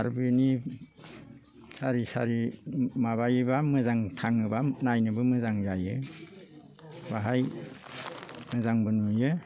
आरो बेनि सारि सारि माबायोबा मोजां थाङोबा नायनोबो मोजां जायो बेहाय मोजांबो नुयो